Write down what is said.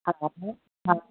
हा